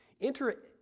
Enter